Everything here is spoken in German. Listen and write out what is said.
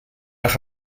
nach